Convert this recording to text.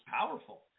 powerful